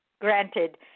granted